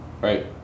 Right